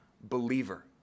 believer